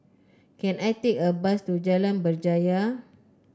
can I take a bus to Jalan Berjaya